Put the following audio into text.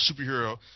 superhero